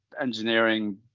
engineering